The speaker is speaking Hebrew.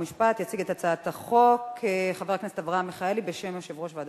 התרבות והספורט להכנתה לקריאה שנייה ושלישית.